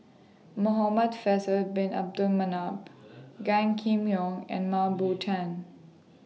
Muhamad Faisal Bin Abdul Manap Gan Kim Yong and Mah Bow Tan